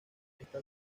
está